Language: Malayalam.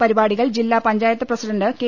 പരിപാടികൾ ജില്ലാ പഞ്ചായത്ത് പ്രസിഡന്റ് കെ